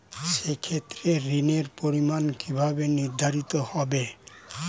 সে ক্ষেত্রে ঋণের পরিমাণ কিভাবে নির্ধারিত হবে?